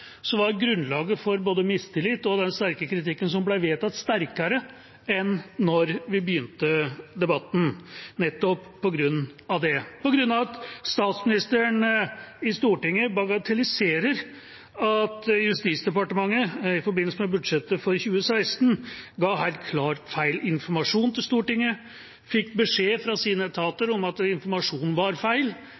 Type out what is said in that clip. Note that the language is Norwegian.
timer var grunnlaget for både mistillit og den sterke kritikken som ble vedtatt, sterkere enn da vi begynte debatten, nettopp på grunn av at statsministeren i Stortinget bagatelliserer at Justisdepartementet i forbindelse med budsjettet for 2016 ga helt klart feil informasjon til Stortinget. Man fikk beskjed fra sine etater om at informasjonen var feil,